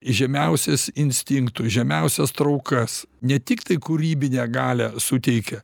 žemiausias instinktų žemiausias traukas ne tiktai kūrybinę galią suteikia